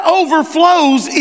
overflows